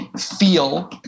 feel